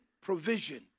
provision